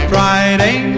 Friday